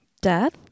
Death